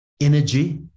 energy